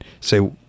say